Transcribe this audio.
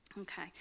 okay